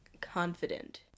confident